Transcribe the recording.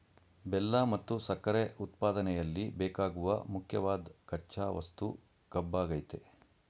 ಬೆಲ್ಲ ಮತ್ತು ಸಕ್ಕರೆ ಉತ್ಪಾದನೆಯಲ್ಲಿ ಬೇಕಾಗುವ ಮುಖ್ಯವಾದ್ ಕಚ್ಚಾ ವಸ್ತು ಕಬ್ಬಾಗಯ್ತೆ